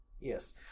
Yes